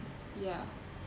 ya